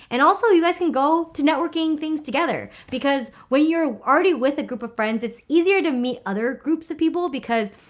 and also you guys can go to networking things together. because when you're already with a group of friends, it's easier to meet other groups of people because,